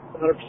100%